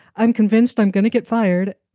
i'm convinced i'm gonna get fired.